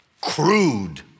crude